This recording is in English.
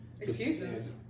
Excuses